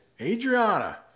Adriana